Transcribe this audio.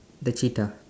the cheetah